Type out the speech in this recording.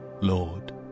Lord